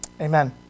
Amen